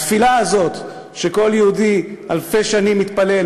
התפילה הזאת שכל יהודי אלפי שנים מתפלל,